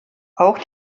auch